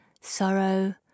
sorrow